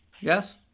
Yes